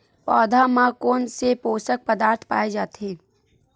पौधा मा कोन से पोषक पदार्थ पाए जाथे?